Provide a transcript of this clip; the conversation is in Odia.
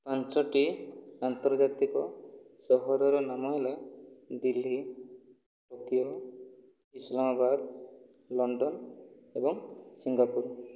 ପାଞ୍ଚୋଟି ଆନ୍ତର୍ଜାତିକ ସହରର ନାମ ହେଲା ଦିଲ୍ଲୀ ଟୋକିଓ ଇସ୍ଲାମବାଦ ଲଣ୍ଡନ ଏବଂ ସିଙ୍ଗାପୁର